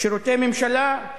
שירותי ממשלה.